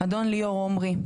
אדון ליאור עומרי,